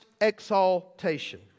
exaltation